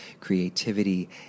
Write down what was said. creativity